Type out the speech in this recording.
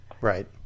right